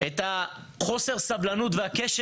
זאת ההזדמנות שלי להגיד תודה,